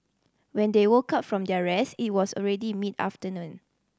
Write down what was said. when they woke up from their rest it was already mid afternoon